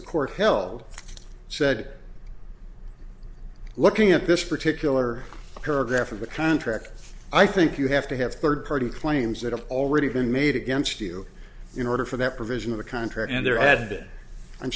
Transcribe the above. the court held said looking at this particular paragraph of a contract i think you have to have third party claims that have already been made against you in order for that provision of the contract and there added i'm